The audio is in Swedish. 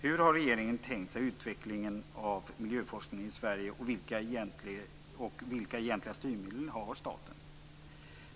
Hur har regeringen tänkt sig utvecklingen av miljöforskningen i Sverige och vilka egentliga styrmedel har staten?